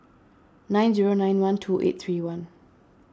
nine zero nine one two eight three one